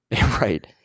right